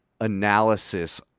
analysis